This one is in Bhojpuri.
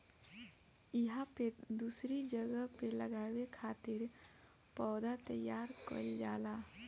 इहां पे दूसरी जगह पे लगावे खातिर पौधा तईयार कईल जाला